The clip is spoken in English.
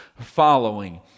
following